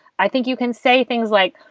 i think you can say things like,